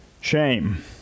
shame